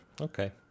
Okay